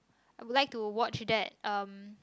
I would like to watch that um